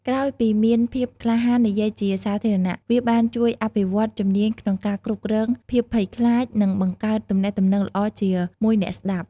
ក្រោយពីមានភាពក្លាហាននិយាយជាសាធារណៈ វាបានជួយអភិវឌ្ឍជំនាញក្នុងការគ្រប់គ្រងភាពភ័យខ្លាច និងបង្កើតទំនាក់ទំនងល្អជាមួយអ្នកស្តាប់។